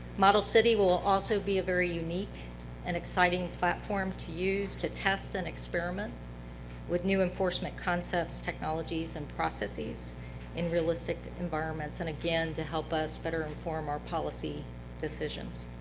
model city will will also be a very unique and exciting platform to use to test an experiment with the new enforcement concepts, technologies, and processes in realistic environments and, again, to help us better inform our policy decisions.